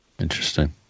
Interesting